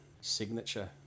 signature